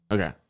Okay